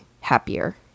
happier